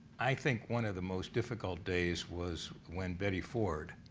i think one of the most difficult days was when betty ford